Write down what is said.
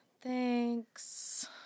Thanks